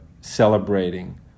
celebrating